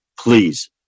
Please